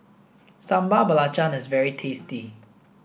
Sambal Belacan is very tasty